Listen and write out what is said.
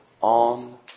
on